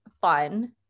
fun